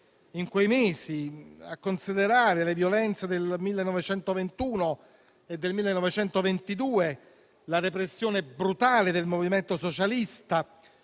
in quei mesi a considerare le violenze del 1921 e del 1922, la repressione brutale del movimento socialista,